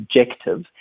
objective